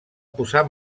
posar